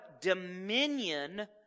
dominion